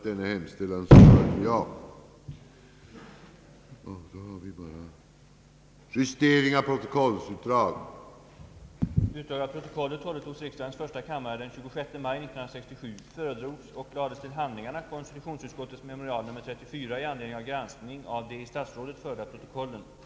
Vidare hemställer jag, att bankoutskottets utlåtanden nr 32, 42 och 40 i nu angiven ordning måtte uppföras främst bland två gånger bordlagda ärenden på nämnda föredragningslista.